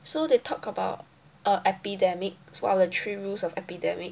so they talk about uh epidemic two out of the three rules of epidemic